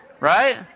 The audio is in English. Right